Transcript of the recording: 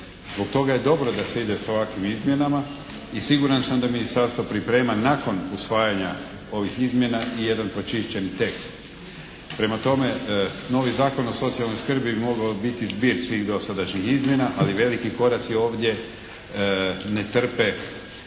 Zbog toga je dobro da se ide s ovakvim izmjenama i siguran sam da Ministarstvo priprema nakon usvajanja ovih izmjena i jedan pročišćeni tekst. Prema tome novi Zakon o socijalnoj skrbi mogao bi biti zbir svih dosadašnjih izmjena, ali veliki koraci ovdje ne trpe